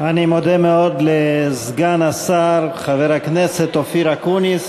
אני מודה מאוד לסגן השר חבר הכנסת אופיר אקוניס.